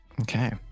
Okay